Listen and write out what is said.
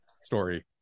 story